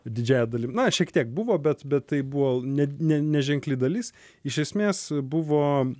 didžiąja dalim na šiek tiek buvo bet bet tai buvo ne ne neženkli dalis iš esmės buvo